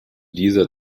dieser